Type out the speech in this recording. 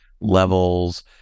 levels